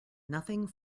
nothing